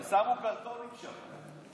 הם שמו קרטונים שם.